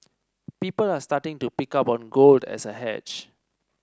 people are starting to pick up on gold as a hedge